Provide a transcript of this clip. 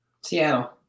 Seattle